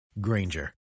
Granger